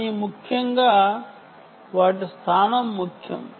కానీ ముఖ్యంగా వాటి స్థానం ముఖ్యం